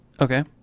Okay